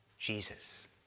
Jesus